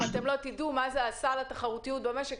אם לא תדעו מה זה עשה לתחרותיות במשק,